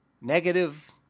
negative